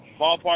Ballpark